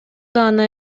даана